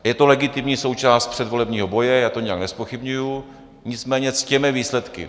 Je to legitimní součást předvolebního boje, já to nijak nezpochybňuji, nicméně ctěme výsledky.